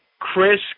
Chris